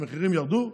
המחירים ירדו?